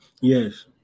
Yes